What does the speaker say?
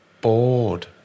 bored